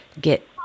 get